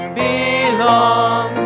belongs